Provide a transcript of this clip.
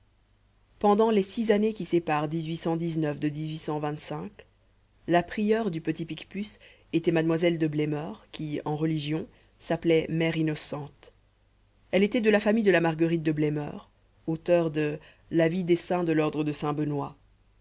pendant les six années qui séparent de la prieure du petit picpus était mademoiselle de blemeur qui en religion s'appelait mère innocente elle était de la famille de la marguerite de blemeur auteur de la vie des saints de l'ordre de saint-benoît